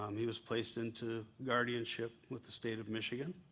um he was placed into guardianship with the state of michigan.